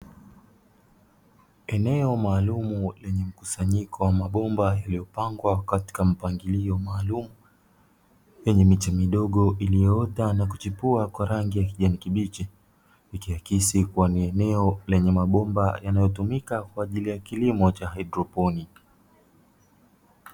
Eneo maalumu lenye mkusanyiko wa mabomba yaliyopangwa katika mpangilio maalumu, yenye miche midogo iliyoota na kuchipua kwa rangi ya kijani kibichi. Ikiakisi kuwa ni eneo lenye mabomba yanayotumika kwa ajili ya kilimo cha haidroponi.